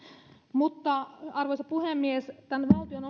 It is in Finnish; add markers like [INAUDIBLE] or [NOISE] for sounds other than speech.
mutta arvoisa puhemies valtion [UNINTELLIGIBLE]